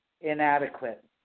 inadequate